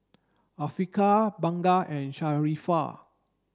Afiqah Bunga and Sharifah